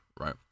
Right